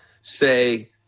say